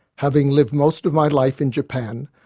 having lived most of my life in japan,